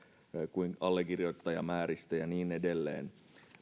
allekirjoittajamääristä ja niin edelleen